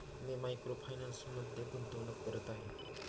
मी micro फायनान्समध्ये गुंतवणूक करत आहे